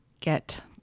get